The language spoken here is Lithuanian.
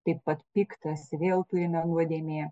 taip pat piktas vėl turime nuodėmė